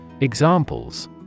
Examples